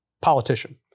politician